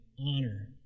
honor